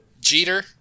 Jeter